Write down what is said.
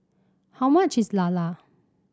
how much is Lala